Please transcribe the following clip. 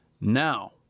Now